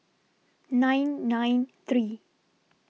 nine nine three